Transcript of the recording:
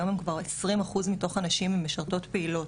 היום הם כבר 20 אחוז מתוך הנשים משרתות פעילות,